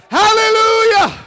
hallelujah